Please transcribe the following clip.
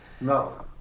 No